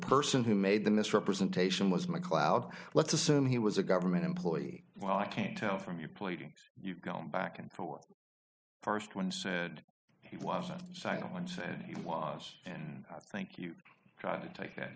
person who made the misrepresentation was mcleod let's assume he was a government employee well i can't tell from your pleadings you've gone back and forth first one said he wasn't silence and he was and thank you trying to take that